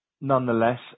nonetheless